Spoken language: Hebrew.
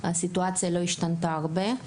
הסיטואציה לא השתנתה הרבה.